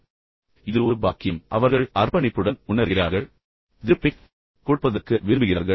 இது ஒரு பாக்கியம் அங்கு இருப்பது ஒரு நன்மதிப்பு பின்னர் அவர்கள் அர்ப்பணிப்புடன் உணர்கிறார்கள் பின்னர் திருப்பிக் கொடுப்பதற்கு விரும்புகிறார்கள்